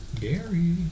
Gary